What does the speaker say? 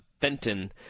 Fenton